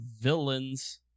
Villains